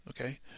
Okay